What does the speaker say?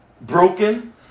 broken